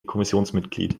kommissionsmitglied